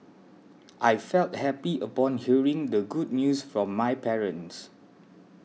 I felt happy upon hearing the good news from my parents